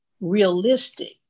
realistic